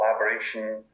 collaboration